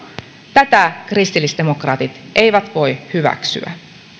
tätä kristillisdemokraatit eivät voi hyväksyä